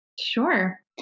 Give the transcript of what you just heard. Sure